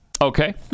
okay